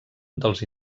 dels